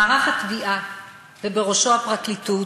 מערך התביעה, ובראשו הפרקליטות,